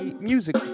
music